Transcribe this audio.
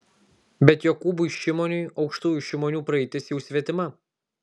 bet jokūbui šimoniui aukštųjų šimonių praeitis jau svetima